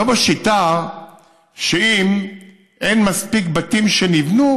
לא בשיטה שאם אין מספיק בתים שנבנו,